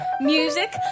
Music